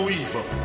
evil